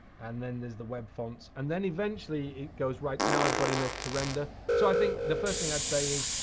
and then there's the web fonts. and then eventually it goes right now i've got enough enough to render. so i think the first thing i'd say is,